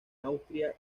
austria